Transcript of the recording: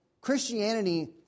Christianity